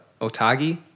Otagi